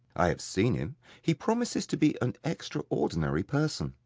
i have seen him he promises to be an extraordinary person.